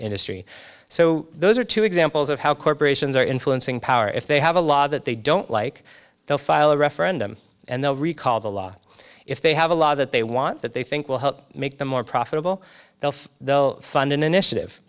industry so those are two examples of how corporations are influencing power if they have a law that they don't like they'll file a referendum and they'll recall the law if they have a law that they want that they think will help make them more profitable they'll fund initiative